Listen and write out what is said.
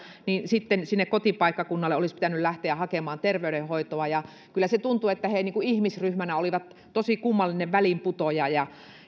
niin sitten sinne kotipaikkakunnalle olisi pitänyt lähteä hakemaan terveydenhoitoa kyllä se tuntui siltä että he ihmisryhmänä olivat tosi kummallinen väliinputoaja